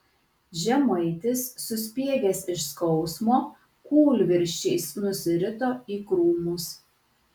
žemaitis suspiegęs iš skausmo kūlvirsčiais nusirito į krūmus